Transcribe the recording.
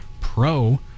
Pro